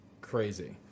crazy